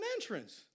entrance